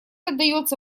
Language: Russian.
отдается